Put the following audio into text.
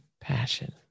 passion